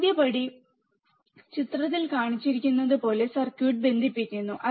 ആദ്യ പടി ചിത്രത്തിൽ കാണിച്ചിരിക്കുന്നതുപോലെ സർക്യൂട്ട് ബന്ധിപ്പിക്കുന്നു